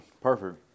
Perfect